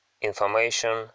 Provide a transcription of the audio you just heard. information